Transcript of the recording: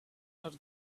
not